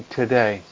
today